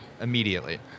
immediately